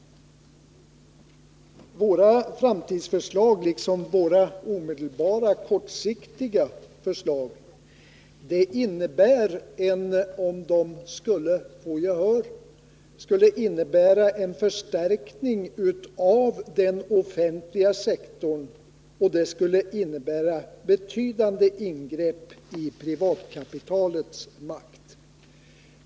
Våra framtidsförslag liksom våra omedelbara, kortsiktiga förslag skulle om de fick gehör innebära en förstärkning av den offentliga sektorn, och det skulle i sin tur innebära betydande ingrepp i privatkapitalets makt.